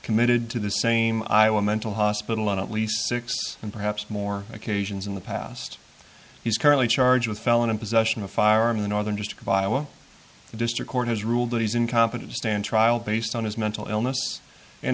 committed to the same iowa mental hospital on at least six and perhaps more occasions in the past he's currently charged with felony possession of firearm the northern just vial the district court has ruled that he's incompetent to stand trial based on his mental illness and